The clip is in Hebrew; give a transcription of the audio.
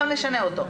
נשנה אותו.